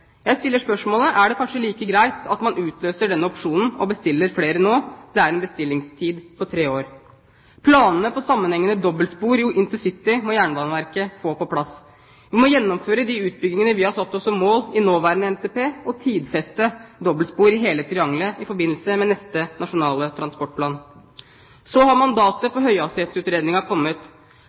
Jeg stiller spørsmålet: Er det kanskje like greit at man utløser denne opsjonen og bestiller flere nå? Det er en bestillingstid på tre år. Planene for sammenhengende dobbeltspor i intercity-triangelet må Jernbaneverket få på plass. Vi må gjennomføre de utbyggingene vi har satt som mål i nåværende Nasjonal transportplan, og tidfeste dobbeltspor i hele triangelet i forbindelse med neste Nasjonal transportplan. Så har mandatet for høyhastighetsutredningen kommet.